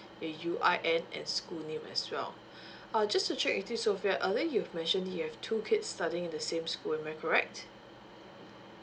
your U_I_N and school name as well uh just to check with you sofea earlier you've mentioned you have two kids studying in the same school am I correct